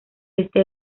este